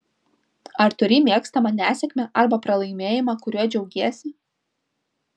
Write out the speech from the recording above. ar turi mėgstamą nesėkmę arba pralaimėjimą kuriuo džiaugiesi